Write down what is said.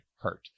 hurt